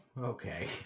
Okay